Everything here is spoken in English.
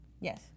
Yes